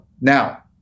now